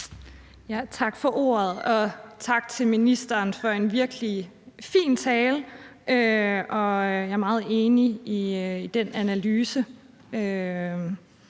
Tak for ordet, og tak til ministeren for en virkelig fin tale. Jeg er meget enig i den analyse,